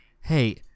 hey